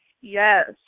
Yes